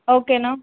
ఓకేనా